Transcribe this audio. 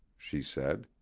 she said.